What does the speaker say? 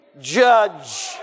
judge